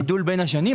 השנים,